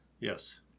yes